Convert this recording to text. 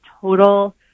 total